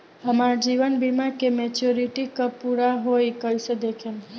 हमार जीवन बीमा के मेचीयोरिटी कब पूरा होई कईसे देखम्?